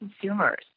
consumers